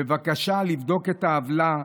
בבקשה לבדוק את העוולה,